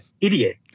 idiot